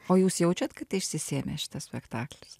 o jūs jaučiate kad išsisėmė šitas spektaklis